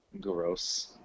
gross